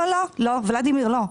ולדימיר, לא.